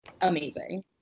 amazing